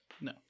no